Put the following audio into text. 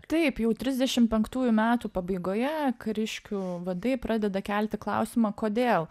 taip jau trisdešim penktųjų metų pabaigoje kariškių vadai pradeda kelti klausimą kodėl